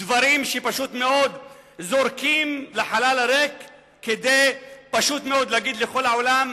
דברים שפשוט מאוד זורקים לחלל הריק כדי להגיד לכל העולם: